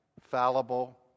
fallible